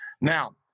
Now